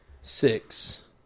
six